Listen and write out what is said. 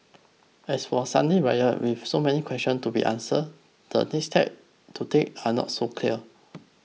as for Sunday's riot with so many questions to be answered the next steps to take are not so clear